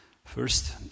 First